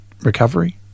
recovery